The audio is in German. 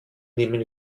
nehmen